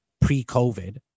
pre-COVID